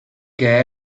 che